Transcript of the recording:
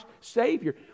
Savior